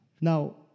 Now